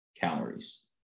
calories